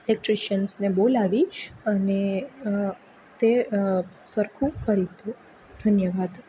ઇલેક્ટ્રિશિયન્સને બોલાવી અને તે સરખું કરી દો ધન્યવાદ